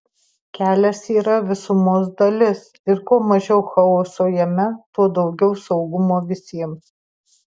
kelias yra visumos dalis ir kuo mažiau chaoso jame tuo daugiau saugumo visiems